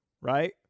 right